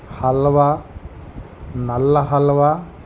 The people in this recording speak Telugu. హల్వా నల్ల హల్వా